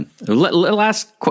Last